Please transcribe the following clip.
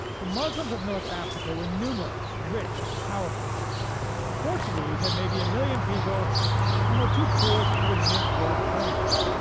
the muslims of north africa were numerous, rich and powerful the portuguese had maybe a million people and were too poor to even mint gold coins,